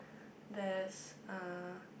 there's uh